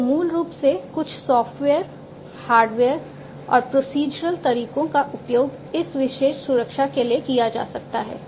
तो मूल रूप से कुछ सॉफ्टवेयर हार्डवेयर और प्रोसीजरल तरीकों का उपयोग इस विशेष सुरक्षा के लिए किया जा सकता है